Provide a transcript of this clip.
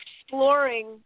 exploring